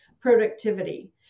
productivity